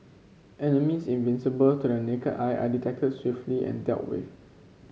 enemies invisible to the naked eye are detected swiftly and dealt with